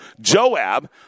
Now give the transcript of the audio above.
Joab